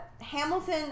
Hamilton